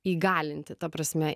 įgalinti ta prasme